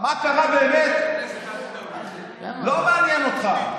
מה קרה באמת לא מעניין אותך.